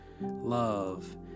love